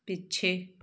ਪਿੱਛੇ